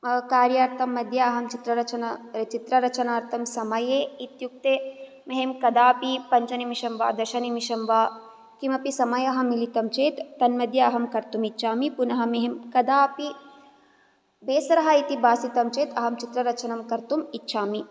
कार्यार्थं मध्ये अहं चित्ररचना चित्ररचनार्थं समये इत्युक्ते मह्यं कदापि पञ्चनिमिषं वा दशनिमिषं वा किमपि समयः मिलितं चेत् तन्मध्ये अहं कर्तुम् इच्छामि पुनः मह्यं कदापि बेसरः इति भासितं चेत् अहं चित्ररचनं कर्तुम् इच्छामि